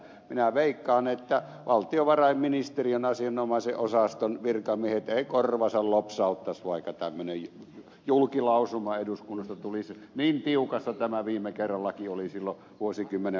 minä veikkaan että valtiovarainministeriön asianomaisen osaston virkamiehet eivät korvaansa lopsauttaisi vaikka tämmöinen julkilausuma eduskunnasta tulisi niin tiukassa tämä viime kerrallakin oli silloin vuosikymmenen alussa